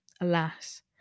Alas